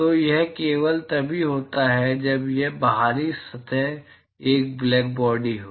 तो यह केवल तभी होता है जब ये बाहरी सतह एक ब्लैकबॉडी हो